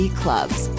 clubs